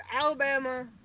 Alabama